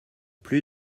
plus